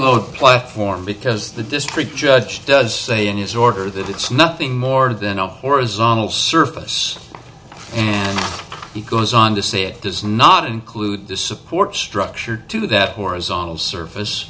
below platform because the district judge does say in his order that it's nothing more than a horizontal surface he goes on to say it does not include the support structure to that horizontal surface